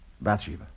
Bathsheba